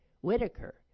Whitaker